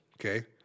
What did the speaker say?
okay